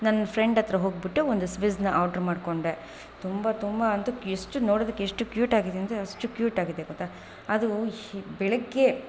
ನನ್ನ ಫ್ರೆಂಡ್ ಹತ್ರ ಹೋಗ್ಬಿಟ್ಟು ಒಂದು ಸ್ವಿಜ್ನ ಆರ್ಡರ್ ಮಾಡಿಕೊಂಡೆ ತುಂಬ ತುಂಬ ಅಂತು ಎಷ್ಟು ನೋಡೋದಕ್ಕೆ ಎಷ್ಟು ಕ್ಯೂಟ್ ಆಗಿದೆ ಅಂದರೆ ಅಷ್ಟು ಕ್ಯೂಟ್ ಆಗಿದೆ ಗೊತ್ತಾ ಅದು ಬೆಳಗ್ಗೆ